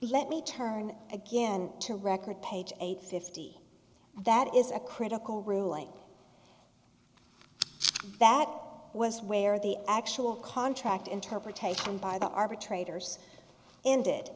let me turn again to record page eight fifty that is a critical ruling that was where the actual contract interpretation by the arbitrator's ended